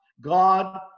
God